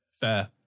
fair